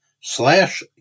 slash